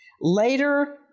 Later